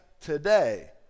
today